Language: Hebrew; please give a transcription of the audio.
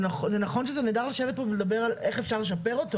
נכון שזה נהדר לשבת פה ולדבר על איך אפשר לשפר אותו